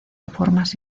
reformas